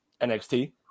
NXT